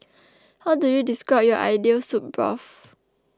how do you describe your ideal soup broth